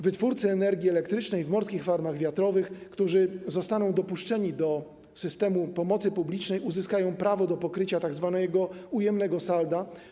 Wytwórcy energii elektrycznej w morskich farmach wiatrowych, którzy zostaną dopuszczeni do systemu pomocy publicznej, uzyskają prawo do pokrycia tzw. ujemnego salda.